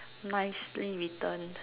nicely written